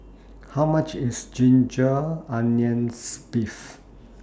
How much IS Ginger Onions Beef